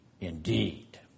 indeed